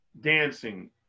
dancing